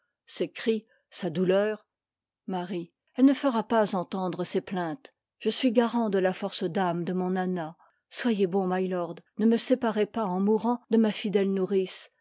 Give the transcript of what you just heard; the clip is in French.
cris sa douleur elle ne fera pas entendre ses plaintes je suis burleigji marie burleigh marie marie burleigh marie garant de la force d'urne de mon anna soyez bon milord ne me séparez pas en mourant de ma fidèle nourrice